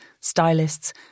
stylists